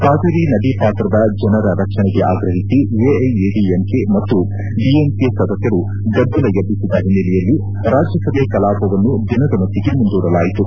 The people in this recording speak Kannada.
ಕಾವೇರಿ ನದಿ ಪಾತ್ರದ ಜನರ ರಕ್ಷಣೆಗೆ ಆಗ್ರಹಿಸಿ ಎಐಎಡಿಎಮ್ಕೆ ಮತ್ತು ಡಿಎಮ್ಕೆ ಸದಸ್ಯರು ಗದ್ದಲ ಎಬ್ಬಿಸಿದ ಹಿನ್ನೆಲೆಯಲ್ಲಿ ರಾಜ್ಯಸಭೆ ಕಲಾಪವನ್ನು ದಿನದ ಮಟ್ಟಗೆ ಮುಂದೂಡಲಾಯಿತು